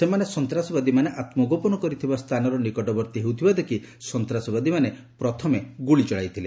ସେମାନେ ସନ୍ତ୍ରାସାବଦୀମାନେ ଆତ୍ମଗୋପନ କରିଥିବା ସ୍ଥାନର ନିକଟବର୍ତ୍ତୀ ହେଉଥିବା ଦେଖି ସନ୍ତ୍ରାସବାଦୀମାନେ ପ୍ରଥମେ ଗୁଳି ଚଳାଇଥିଲେ